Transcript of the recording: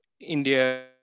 India